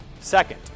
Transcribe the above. Second